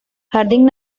harding